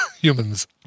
humans